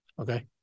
okay